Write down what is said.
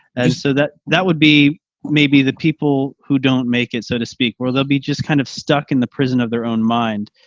and so that that would be maybe the people who don't make it so to speak, where they'll be just kind of stuck in the prison of their own mind.